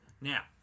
Now